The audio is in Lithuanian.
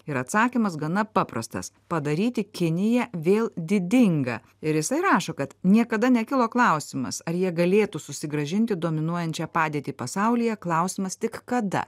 ir atsakymas gana paprastas padaryti kinija vėl didinga ir jisai rašo kad niekada nekilo klausimas ar jie galėtų susigrąžinti dominuojančią padėtį pasaulyje klausimas tik kada